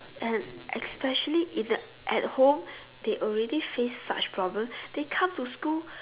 and especially in a at home they already face such problem they come to school